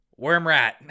Wormrat